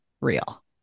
real